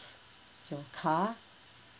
your car